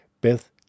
Beth